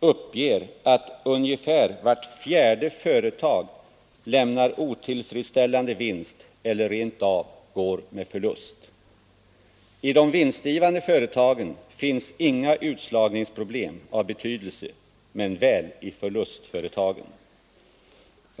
uppger att ungefär vart fjärde företag lämnar otillfredsställande vinst eller rent av går med förlust. I de vinstgivande företagen finns inga utslagningsproblem av betydelse, men väl i förlustföretagen.